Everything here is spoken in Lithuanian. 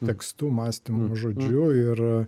tekstu mąstymo žodžiu ir